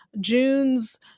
June's